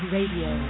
Radio